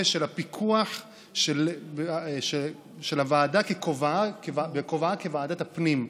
של הפיקוח של הוועדה בכובעה כוועדת הפנים,